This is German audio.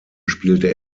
spielte